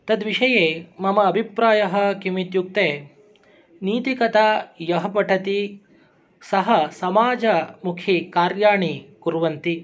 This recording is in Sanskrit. तद्विषये मम अभिप्रायः किम् इत्युक्ते नीतिकथां यः पठति सः समाजमुखिकार्याणि कुर्वन्ति